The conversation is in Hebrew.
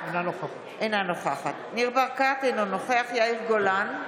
אינה נוכחת ניר ברקת, אינו נוכח יאיר גולן,